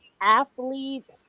athlete